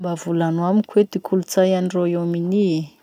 Mba volano amiko ty kolotsay any Royaume-Uni?